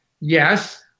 Yes